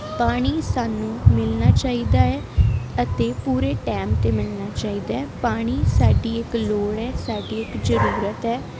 ਪਾਣੀ ਸਾਨੂੰ ਮਿਲਣਾ ਚਾਹੀਦਾ ਹੈ ਅਤੇ ਪੂਰੇ ਟਾਈਮ ਤੇ ਮਿਲਣਾ ਚਾਹੀਦਾ ਪਾਣੀ ਸਾਡੀ ਇੱਕ ਲੋੜ ਹੈ ਸਾਡੀ ਇੱਕ ਜਰੂਰਤ ਹੈ